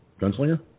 Gunslinger